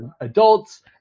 adults